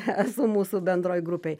esu mūsų bendroj grupėj